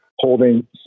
holding